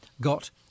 got